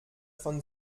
von